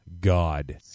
God